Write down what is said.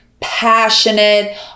passionate